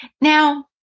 Now